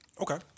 Okay